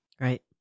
Right